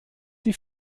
die